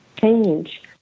change